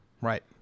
Right